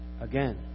Again